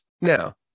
Now